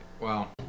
Wow